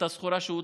הסחורה שצריך,